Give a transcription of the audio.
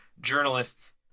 journalists